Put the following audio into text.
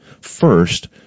first